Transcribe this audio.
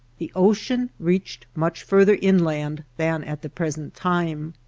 the ocean reached much farther inland than at the pres ent time.